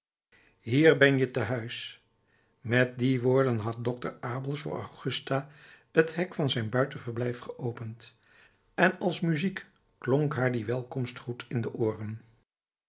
hier ben je te huis met die woorden had dokter abels voor augusta het hek van zijn buitenverblijf geopend en als muziek klonk haar die welkomstgroet in de ooren